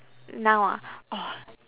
now ah oh